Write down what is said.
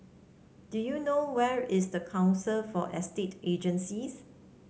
do you know where is the Council for Estate Agencies